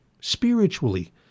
spiritually